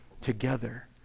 together